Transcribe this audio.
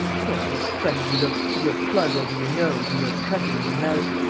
lord, how funny you look, with your plug over your nose and your cutty in your mouth.